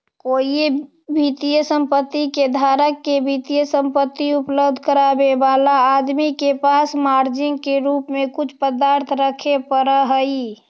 कोई वित्तीय संपत्ति के धारक के वित्तीय संपत्ति उपलब्ध करावे वाला आदमी के पास मार्जिन के रूप में कुछ पदार्थ रखे पड़ऽ हई